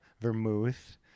vermouth